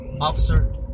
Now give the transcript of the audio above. Officer